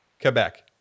Quebec